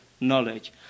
knowledge